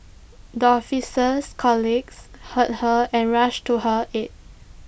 the officer's colleagues heard her and rushed to her aid